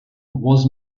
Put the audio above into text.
was